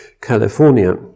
California